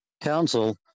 council